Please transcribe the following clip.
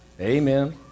Amen